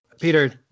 Peter